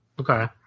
Okay